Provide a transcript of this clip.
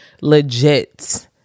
legit